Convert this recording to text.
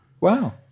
Wow